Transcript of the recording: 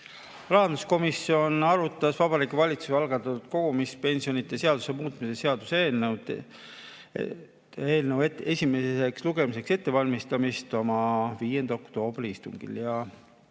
Rahanduskomisjon arutas Vabariigi Valitsuse algatatud kogumispensionide seaduse muutmise seaduse eelnõu esimeseks lugemiseks ettevalmistamist oma 5. oktoobri istungil.